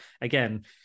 Again